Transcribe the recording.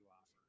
offer